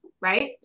right